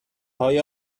های